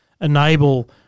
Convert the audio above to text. enable